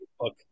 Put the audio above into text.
look